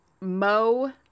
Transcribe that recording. Mo